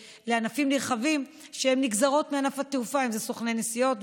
נרחבים שהם נגזרות של ענף התעופה: סוכני נסיעות,